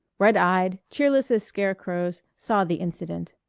red-eyed, cheerless as scarecrows, saw the incident.